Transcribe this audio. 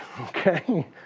okay